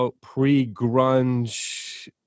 pre-grunge